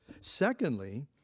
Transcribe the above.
Secondly